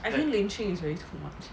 I then lynchings is already too much